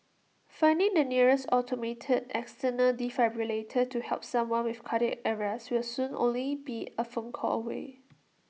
finding the nearest automated external defibrillator to help someone with cardiac arrest will soon only be A phone call away